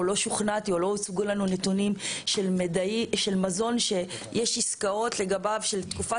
לא שוכנעתי ולא הוצגו לנו נתונים של מזון שיש עסקאות לגביו של תקופה,